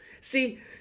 See